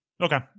okay